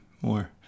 more